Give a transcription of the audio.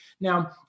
Now